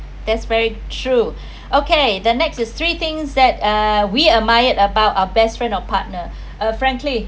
that's very true okay the next is three things that uh we admired about our best friend or partner uh frankly